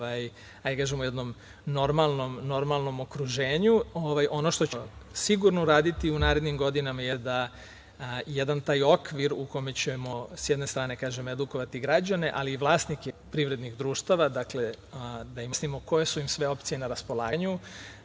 jednom normalnom okruženju. Ono što ćemo sigurno uraditi u narednim godinama jeste da jedan taj okvir u kome ćemo s jedne strane da kažem, edukovati građane, ali i vlasnike privrednih društava, dakle, da im objasnimo koje su im sve opcije na raspolaganju. Dakle,